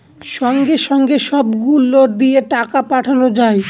সঙ্গে সঙ্গে সব গুলো দিয়ে টাকা পাঠানো যায়